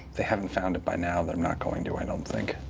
they haven't found it by now, they're not going to, i don't think.